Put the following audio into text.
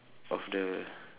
of the